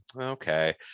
okay